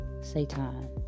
Satan